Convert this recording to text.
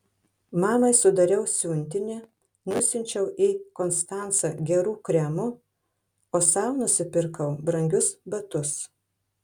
mamai sudariau siuntinį nusiunčiau į konstancą gerų kremų o sau nusipirkau brangius batus